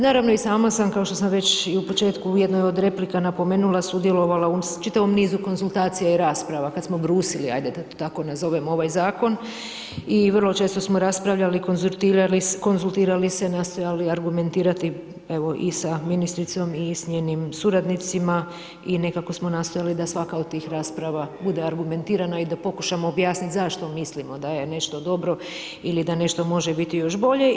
Naravno i sama sam, kao što sam već i u početku u jednoj od replika napomenula, sudjelovala u čitavom nizu konzultacija i rasprava, kad smo brusili, ajde da tako nazovem, ovaj zakon i vrlo često smo raspravljali, konzultirali se, nastojali argumentirati evo i sa ministricom i sa njenim suradnicima i nekako smo nastojali da svaka od tih rasprava bude argumentirana i da pokušamo objasniti zašto mislimo da je nešto dobro ili da nešto može biti još bolje.